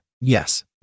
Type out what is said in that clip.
Yes